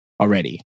already